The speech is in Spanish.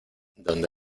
donde